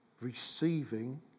receiving